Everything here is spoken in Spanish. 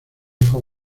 hijo